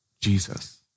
Jesus